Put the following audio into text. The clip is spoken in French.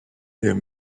des